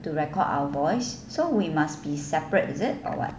to record our voice so we must be separate is it or [what]